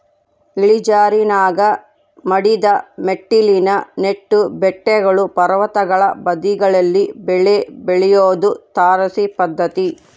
ಇಳಿಜಾರಿನಾಗ ಮಡಿದ ಮೆಟ್ಟಿಲಿನ ನೆಟ್ಟು ಬೆಟ್ಟಗಳು ಪರ್ವತಗಳ ಬದಿಗಳಲ್ಲಿ ಬೆಳೆ ಬೆಳಿಯೋದು ತಾರಸಿ ಪದ್ಧತಿ